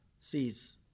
sees